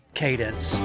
cadence